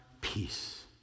peace